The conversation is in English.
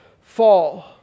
fall